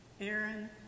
Aaron